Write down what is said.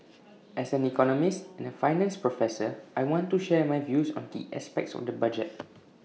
as an economist and A finance professor I want to share my views on key aspects on the budget